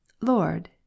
lord